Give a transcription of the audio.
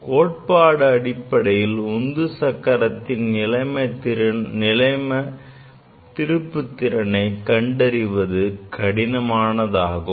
கோட்பாடு அடிப்படையில் உந்து சக்கரத்தின் நிலைமத் திருப்புத்திறனை கண்டறிவது கடினமானதாகும்